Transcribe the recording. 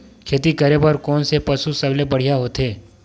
खेती करे बर कोन से पशु सबले बढ़िया होथे?